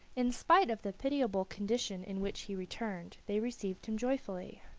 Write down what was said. in spite of the pitiable condition in which he returned they received him joyfully.